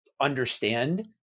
understand